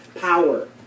power